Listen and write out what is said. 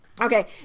okay